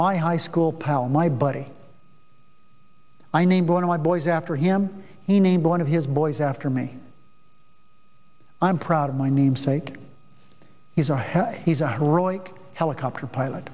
my high school pal my buddy i named one of my boys after him he named one of his boys after me i'm proud of my namesake he's a really helicopter pilot